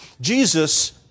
Jesus